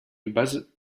base